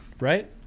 Right